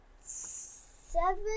seven